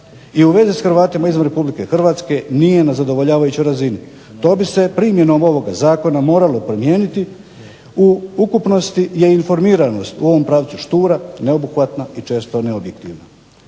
i u vezi s Hrvatima izvan RH nije na zadovoljavajućoj razini. To bi se primjenom ovoga zakona moralo promijeniti. U ukupnosti je informiranost u ovom pravcu štura, neobuhvatna i često neobjektivna.